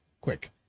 quick